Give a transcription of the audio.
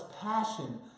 passion